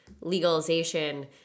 legalization